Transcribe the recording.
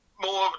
more